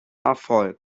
erfolg